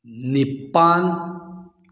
ꯅꯤꯄꯥꯜ